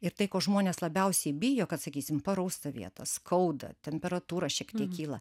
ir tai ko žmonės labiausiai bijo kad sakysim parausta vieta skauda temperatūra šiek tiek kyla